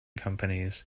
companies